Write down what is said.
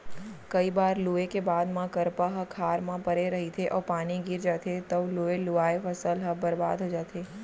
कइ बार लूए के बाद म करपा ह खार म परे रहिथे अउ पानी गिर जाथे तव लुवे लुवाए फसल ह बरबाद हो जाथे